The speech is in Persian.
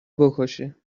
بکشه